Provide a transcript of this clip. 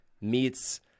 meets